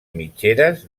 mitgeres